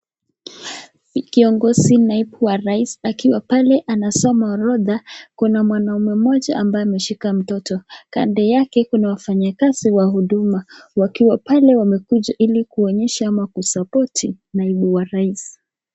Kiongozi naibu wa rais akiwa pale anasoma orodha, kuna mwanaume mmoja ambaye ameshika mtoto. Kando yake kuna wafanyikazi wa huduma wakiwa pale wamekuja ili kuonyesha ama kusupport naibu wa rais.